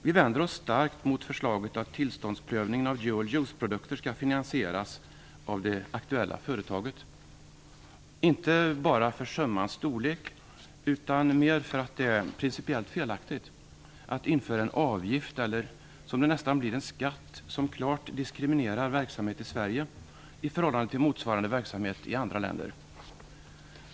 Vi vänder oss starkt mot förslaget att tillståndsprövningen av dual use-produkter skall finansieras av det aktuella företaget, inte främst för summans storlek utan mer för att det är principiellt felaktigt att införa en avgift eller en skatt, som det nästan blir, som klart diskriminerar verksamhet i Sverige i förhållande till motsvarande verksamhet i andra länder.